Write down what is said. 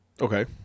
okay